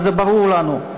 וזה ברור לנו.